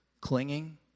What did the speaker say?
clinging